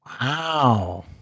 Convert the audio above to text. Wow